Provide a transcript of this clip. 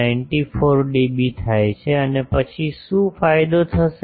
94 DB થાય છે અને પછી શું ફાયદો થશે